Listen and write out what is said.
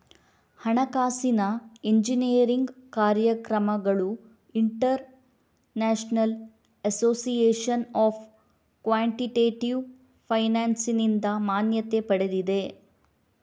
ಹಣಕಾಸಿನ ಎಂಜಿನಿಯರಿಂಗ್ ಕಾರ್ಯಕ್ರಮಗಳು international association of quantitative ಫೈನಾನ್ಸಿನಿಂದ ಮಾನ್ಯತೆ ಪಡೆದಿವೆ